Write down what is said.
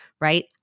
right